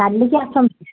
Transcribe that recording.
କାଲିିକି ଆସନ୍ତୁ